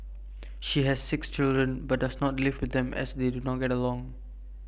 she has six children but does not live with them as they do not get along